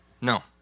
No